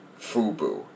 FUBU